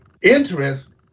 interest